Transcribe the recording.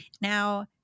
Now